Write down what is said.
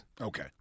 Okay